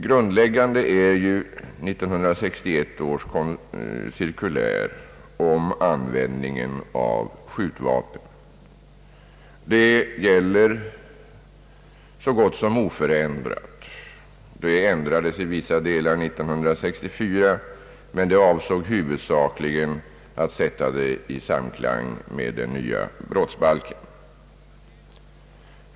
Grundläggande är ju 1961 års cirkulär om användningen av skjutvapen. Det gäller så gott som oförändrat men ändrades i vissa delar 1964. ändringarna gjordes huvudsakligen i syfte att sätta cirkuläret i samklang med den nya brottsbalken.